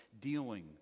dealing